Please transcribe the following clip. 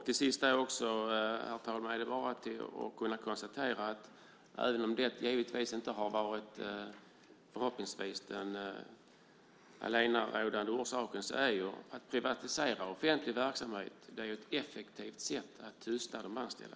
Till sist, herr talman, är det bara att konstatera att även om det förhoppningsvis inte har varit den allenarådande orsaken är privatisering av offentlig verksamhet ett effektivt sätt att tysta de anställda.